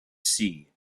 see